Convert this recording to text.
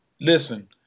Listen